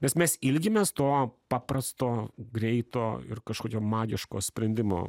nes mes ilgimės to paprasto greito ir kažkokio magiško sprendimo